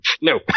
No